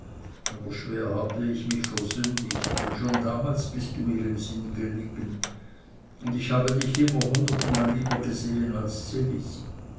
aber schwer hatte ich mich versündigt denn schon damals bist du mir im sinn gelegen und ich habe dich immer hundertmal lieber gesehen als ds